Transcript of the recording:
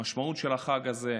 המשמעות של החג הזה.